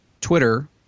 Twitter